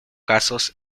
casos